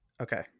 Okay